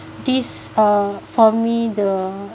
these are for me the